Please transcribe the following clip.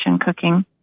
cooking